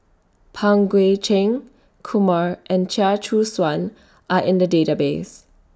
Pang Guek Cheng Kumar and Chia Choo Suan Are in The Database